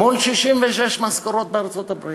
מול 66 משכורות בארצות-הברית.